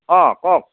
অঁ কওক